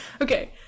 Okay